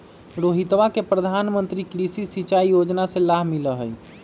रोहितवा के प्रधानमंत्री कृषि सिंचाई योजना से लाभ मिला हई